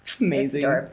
Amazing